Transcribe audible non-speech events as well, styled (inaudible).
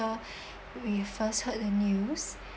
(breath) we first heard the news